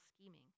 scheming